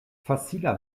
facila